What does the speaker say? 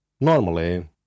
Normally